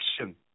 Action